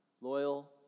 loyal